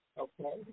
okay